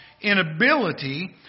inability